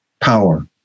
power